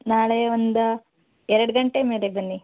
ನಾಳೆ ಒಂದು ಎರಡು ಗಂಟೆ ಮೇಲೆ ಬನ್ನಿ